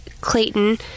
Clayton